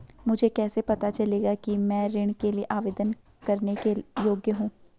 मुझे कैसे पता चलेगा कि मैं ऋण के लिए आवेदन करने के योग्य हूँ?